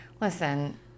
Listen